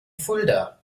fulda